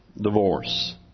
divorce